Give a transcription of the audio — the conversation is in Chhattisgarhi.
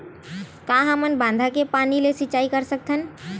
का हमन बांधा के पानी ले सिंचाई कर सकथन?